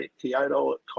Kyoto